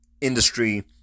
industry